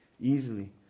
easily